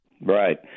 Right